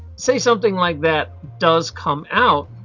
say something like that does come out.